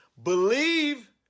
Believe